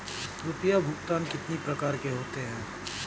रुपया भुगतान कितनी प्रकार के होते हैं?